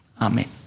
Amen